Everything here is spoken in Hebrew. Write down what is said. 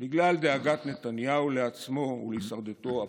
בגלל דאגת נתניהו לעצמו ולהישרדותו הפוליטית.